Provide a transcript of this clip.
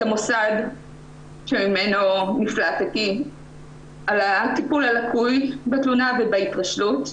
המוסד שממנו נפלטתי על הטיפול הלקוי בתלונה ובהתרשלות,